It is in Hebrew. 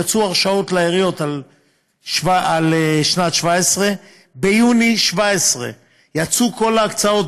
יצאו הרשאות לעיריות על שנת 2017. ביוני 2017 יצאו כל ההקצאות,